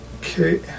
Okay